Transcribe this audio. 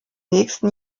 nächsten